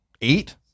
eight